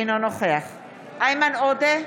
אינו נוכח איימן עודה,